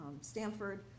Stanford